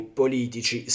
politici